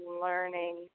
learning